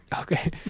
Okay